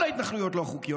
כל ההתנחלויות לא חוקיות,